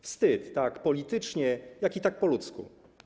Wstyd, zarówno politycznie, jak i tak po ludzku.